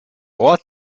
ort